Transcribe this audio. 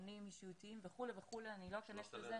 אבחונים אישיותיים וכולי, אני לא אכנס לזה.